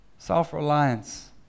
Self-reliance